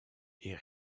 est